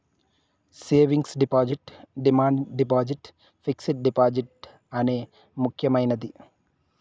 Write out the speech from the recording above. savings deposit demand deposit fixed deposit అనే ముక్యమైనది